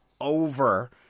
over